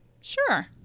sure